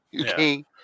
okay